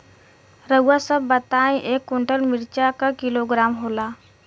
रउआ सभ बताई एक कुन्टल मिर्चा क किलोग्राम होला?